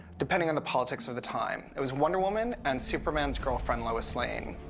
depending on the politics of the time. it was wonder woman and superman's girlfriend, lois lane.